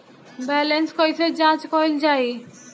Balance कइसे जांच कइल जाइ?